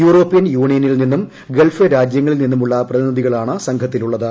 European യൂണിയനിൽ നിന്നും Gulf രാജ്യങ്ങളിൽ നിന്നുമുള്ള പ്രതിനിധികളാണ് സംഘത്തിലുള്ളത്